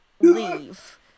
leave